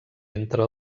entre